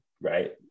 Right